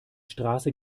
straße